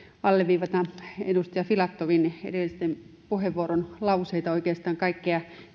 alleviivata edustaja filatovin edellisen puheenvuoron lauseita oikeastaan kaikkea